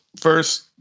first